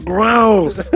Gross